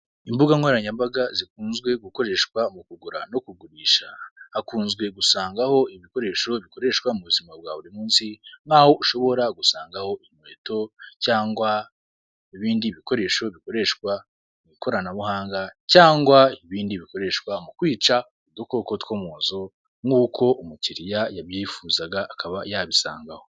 Imbuga nkoranyambaga zikunzwe gukoreshwa mu kugura no kugurisha, hakunzwe gusangaho ibikoresho bikoreshwa mu buzima bwa buri munsi, nkaho ushobora gusangaho inkweto cyangwa ibindi bikoresho bikoreshwa mu ikoranabuhanga, cyangwa ibindi bikoreshwa mu kwica udukoko two mu nzu nk'uko umukiriya yabyifuzaga akaba yabisanga aho.